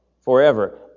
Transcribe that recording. Forever